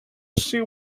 see